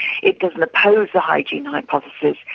it doesn't oppose the hygiene hypothesis,